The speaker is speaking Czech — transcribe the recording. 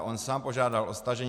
On sám požádal o stažení.